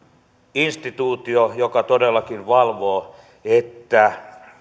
instituutio joka todellakin valvoo että